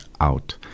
out